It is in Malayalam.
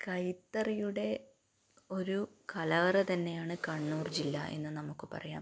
കൈത്തറിയുടെ ഒരു കലവറ തന്നെയാണ് കണ്ണൂർ ജില്ല എന്ന് നമുക്ക് പറയാം